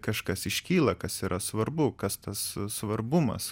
kažkas iškyla kas yra svarbu kas tas svarbumas